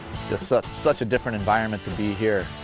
just such such a different environment to be here